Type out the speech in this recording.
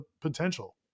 potential